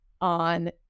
on